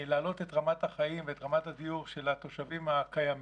להעלות את רמת החיים ואת רמת הדיור של התושבים הקיימים